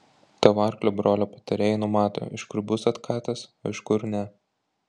tavo arklio brolio patarėjai numato iš kur bus atkatas o iš kur ne